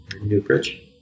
Newbridge